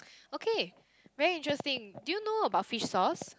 ok very interesting do you know about fish sauce